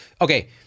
Okay